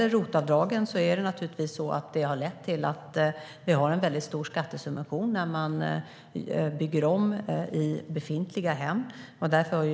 ROT-avdraget är en stor skattesubvention för ombyggnad av befintliga hem.